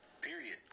period